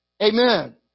amen